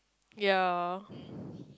ya